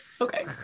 Okay